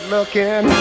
looking